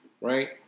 right